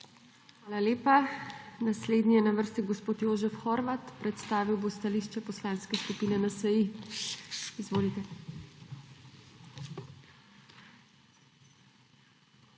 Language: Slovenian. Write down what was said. Hvala lepa. Naslednji je na vrsti gospod Jožef Horvat. Predstavil bo stališče Poslanske skupine NSi. Izvolite.